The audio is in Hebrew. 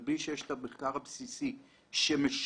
אבל בלי שיש את המחקר הבסיסי שמשמש